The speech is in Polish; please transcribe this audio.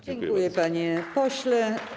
Dziękuję, panie pośle.